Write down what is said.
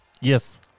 Yes